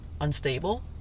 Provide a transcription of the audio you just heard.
unstable